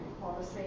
Policy